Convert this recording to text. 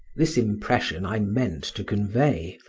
this impression i meant to convey,